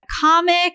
comic